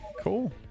Cool